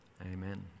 amen